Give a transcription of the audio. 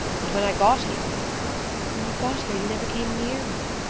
and when i got here when you got here you never came near me!